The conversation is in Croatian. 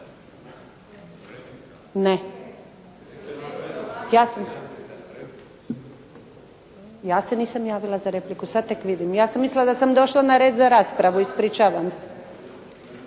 Željka (SDP)** Ja se nisam javila za repliku. Sada tek vidim. Ja sam mislila da sam došla na red za raspravu. Ispričavam se.